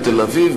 בתל-אביב,